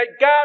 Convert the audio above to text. God